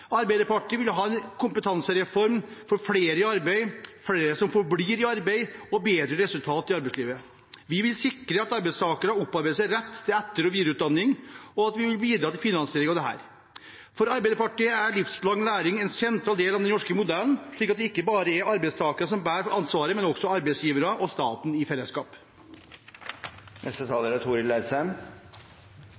Arbeiderpartiet vil ha en kompetansereform for flere i arbeid, for flere som forblir i arbeid og for bedre resultater i arbeidslivet. Vi vil sikre at arbeidstakere opparbeider seg rett til etter- og videreutdanning, og vi vil bidra til finansieringen av dette. For Arbeiderpartiet er livslang læring en sentral del av den norske modellen, slik at det ikke bare er arbeidstakerne som bærer ansvaret, men også arbeidsgiverne og staten i fellesskap.